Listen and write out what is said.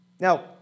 Now